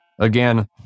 again